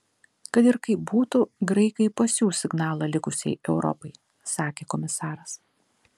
kad ir kaip būtų graikai pasiųs signalą likusiai europai sakė komisaras